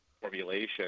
formulation